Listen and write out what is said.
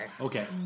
Okay